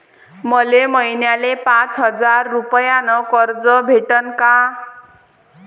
मले महिन्याले पाच हजार रुपयानं कर्ज भेटन का?